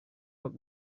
rok